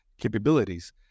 capabilities